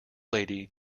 lady